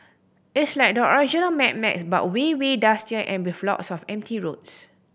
it's like the original Mad Max but way way dustier and with lots of empty roads